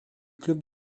clubs